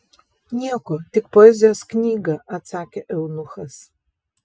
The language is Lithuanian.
nieko tik poezijos knygą atsakė eunuchas